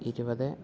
ഇരുപതേ